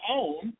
own